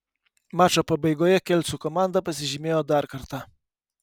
mačo pabaigoje kelcų komanda pasižymėjo dar kartą